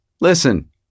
listen